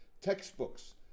textbooks